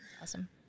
Awesome